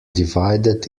divided